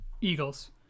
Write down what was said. Eagles